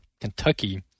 Kentucky